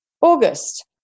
August